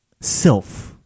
self